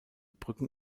brücken